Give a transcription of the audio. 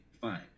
Fine